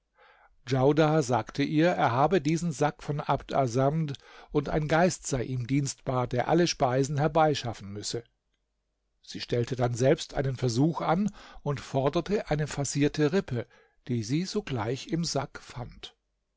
djaudar sagte ihr er habe diesen sack von abd assamd und ein geist sei ihm dienstbar der alle speisen herbeischaffen müsse sie stellte dann selbst einen versuch an und forderte eine farcierte rippe die sie sogleich im sack fand